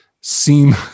seem